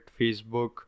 Facebook